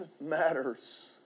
matters